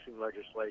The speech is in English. legislation